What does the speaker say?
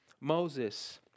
Moses